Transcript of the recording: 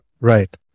Right